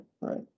right